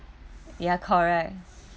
ya correct